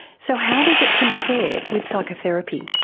so how does it compare with psychotherapy?